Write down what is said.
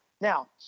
Now